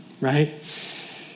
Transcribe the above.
right